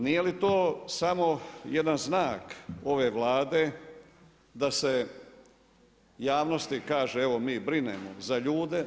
Nije li to samo jedan znak ove Vlade da se javnosti kaže, evo mi brinemo za ljude?